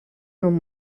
non